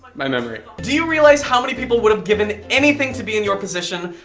my memory. do you realize how many people would have given anything to be in your position?